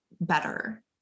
better